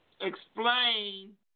explain